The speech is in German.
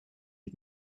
ich